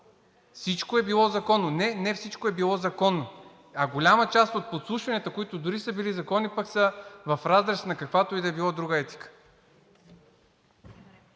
всичко е било законно. Не, не всичко е било законно, а голяма част от подслушванията, които дори са били законни, пък са в разрез на каквато и да е било друга етика.